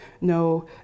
No